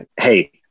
Hey